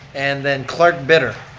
and then clarke bitter.